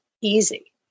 easy